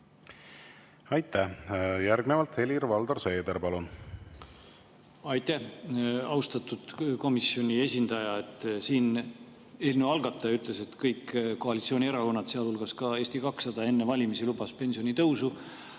Aitäh! Järgnevalt Helir-Valdor Seeder, palun! Aitäh! Austatud komisjoni esindaja! Eelnõu algataja ütles, et kõik koalitsioonierakonnad, sealhulgas Eesti 200, enne valimisi lubasid pensionitõusu,